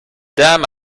dam